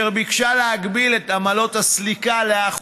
אשר ביקשה להגביל את עמלות הסליקה ל-1%.